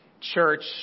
church